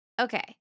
Okay